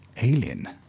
alien